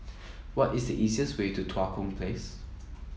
what is the easiest way to Tua Kong Place